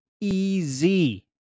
easy